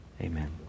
Amen